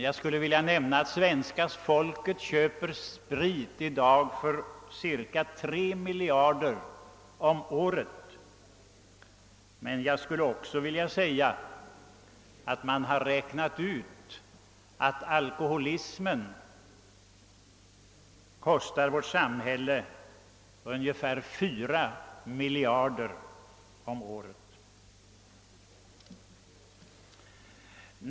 Jag skulle vilja nämna att svenska folket i dag köper sprit för cirka tre miljarder kronor om året men att alkoholismen enligt föreliggande beräkningar kostar samhället ungefär fyra miljarder under samma tid.